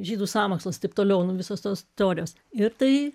žydų sąmokslas taip toliau nu visos tos teorijos ir tai